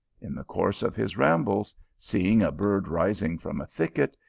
in the course of his rambles, seeing a bird rising from a thicket,